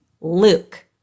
luke